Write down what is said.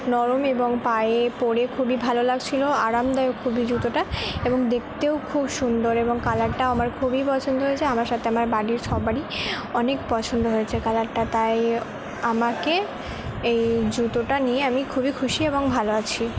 নরম এবং পায়ে পরে খুবই ভালো লাগছিলো আরামদায়ক খুবই জুতোটা এবং দেখতেও খুব সুন্দর এবং কালারটা আমার খুবই পছন্দ হয়েছে আমার সাথে আমার বাড়ির সবারই অনেক পছন্দ হয়েছে কালারটা তাই আমাকে এই জুতোটা নিয়ে আমি খুবই খুশি এবং ভালো আছি